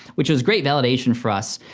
which was great validation for us,